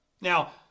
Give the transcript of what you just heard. Now